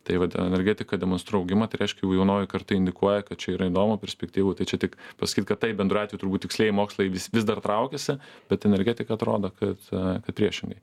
tai vat energetika demonstruoja augimą tai reiškia jau jaunoji karta indikuoja kad čia yra įdomu perspektyvu tai čia tik pasakyt kad taip bendru atveju turbūt tikslieji mokslai vis vis dar traukiasi bet energetika atrodo kad kad priešingai